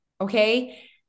Okay